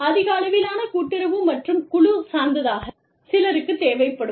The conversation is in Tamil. அதிக அளவிலான கூட்டுறவு மற்றும் குழு சார்ந்தவை சிலருக்குத் தேவைப்படும்